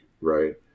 Right